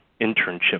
internship